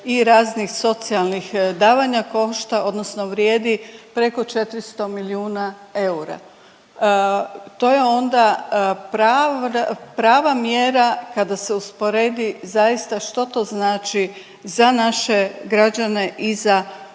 i raznih socijalnih davanja košta odnosno vrijedi preko 400 milijuna eura. To je onda prava mjera kada se usporedi zaista što to znači za naše građane i za